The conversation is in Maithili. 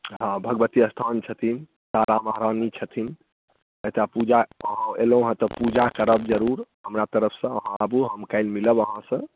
हँ भगबती स्थान छथिन तारा महरानी छथिन एतऽ पूजा अहाँ अयलहुँ हँ तऽ पूजा करब जरुर हमरा तरफसँ अहाँ आबू हम काल्हि मिलब अहाँसँ